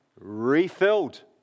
refilled